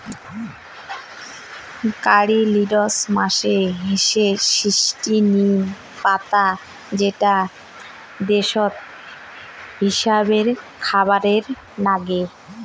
কারী leaves মানে হসে মিস্টি নিম পাতা যেটা ভেষজ হিছাবে খাবারে নাগে